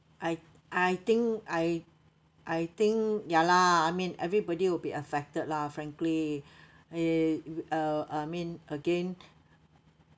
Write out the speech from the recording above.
I I think I I think ya lah I mean everybody will be affected lah frankly eh uh I mean again